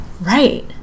Right